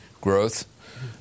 growth